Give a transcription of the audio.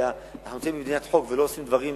אלא אנחנו נמצאים במדינת חוק ולא עושים דברים,